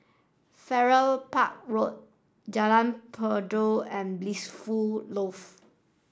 Farrer Park Road Jalan Peradun and Blissful Loft